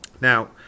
now